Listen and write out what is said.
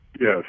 Yes